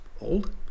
old